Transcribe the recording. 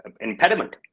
impediment